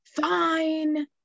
Fine